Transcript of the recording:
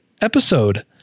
episode